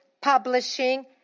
publishing